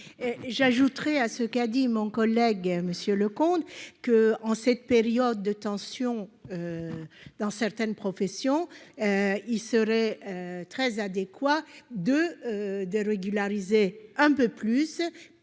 J'ajouterai à ce qu'a dit mon collègue monsieur le comte que en cette période de tensions dans certaines professions, il serait très adéquat de de régulariser un peu plus